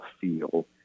feel